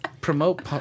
promote